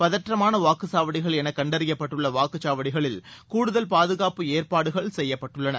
பதற்றமான வாக்குச்சாவடிகள் என கண்டறியப்பட்டுள்ள வாக்குச்சாவடிகளில் கூடுதல் பாதுகாப்பு ஏற்பாடுகள் செய்யப்பட்டுள்ளன